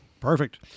Perfect